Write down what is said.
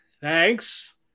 Thanks